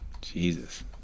Jesus